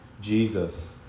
Jesus